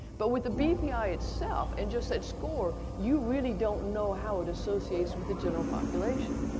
but with the bpi itself, and just that score, you really don't know how it associates with the general population.